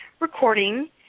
recording